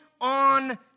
on